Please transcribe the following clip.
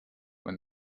when